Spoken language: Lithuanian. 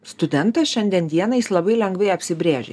studentas šiandien dieną jis labai lengvai apsibrėžia